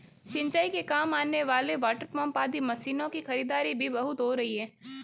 सिंचाई के काम आने वाले वाटरपम्प आदि मशीनों की खरीदारी भी बहुत हो रही है